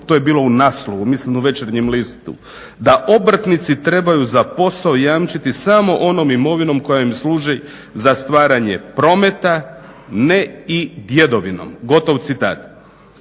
to je bilo u naslovu mislim u Večernjem listu, da obrtnici trebaju za posao jamčiti samo onom imovinom koja im služi za stvaranje prometa ne i djedovinom. Gotov citat.